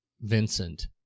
Vincent